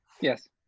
Yes